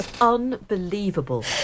unbelievable